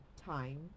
time